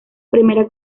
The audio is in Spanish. primera